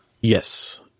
Yes